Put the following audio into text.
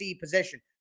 position